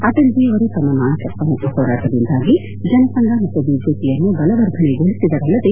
ಅಟಲ್ಜೀ ಅವರು ತಮ್ಮ ನಾಯಕತ್ವ ಮತ್ತು ಹೋರಾಟದಿಂದಾಗಿ ಜನಸಂಘ ಮತ್ತು ಬಿಜೆಒಯನ್ನು ಬಲವರ್ಧನೆಗೊಳಿಸಿದರಲ್ಲದೆ